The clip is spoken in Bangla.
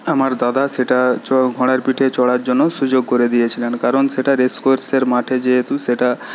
আমার দাদা সেটা ঘোড়ার পিঠে চড়ার জন্য সুযোগ করে দিয়েছিলেন কারণ সেটা রেসকোর্সের মাঠে যেহেতু সেটা